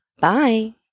Bye